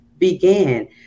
began